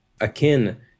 akin